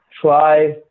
try